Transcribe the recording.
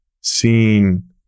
seeing